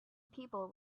people